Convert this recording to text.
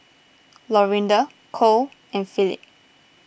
Lorinda Kole and Phillip